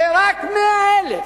ורק 100,000,